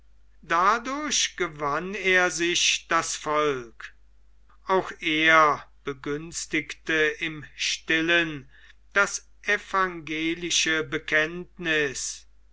dadurch gewann er sich das volk auch er begünstigte im stillen das evangelische bekenntniß